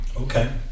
Okay